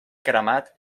cremat